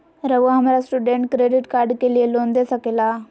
रहुआ हमरा student credit card के लिए लोन दे सके ला?